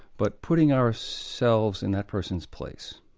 but putting ourselves in that person's place,